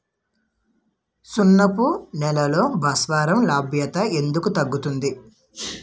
సున్నపు నేలల్లో భాస్వరం లభ్యత ఎందుకు తగ్గుతుంది?